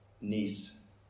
niece